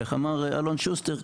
כמו שאמר אלון שוסטר,